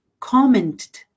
commented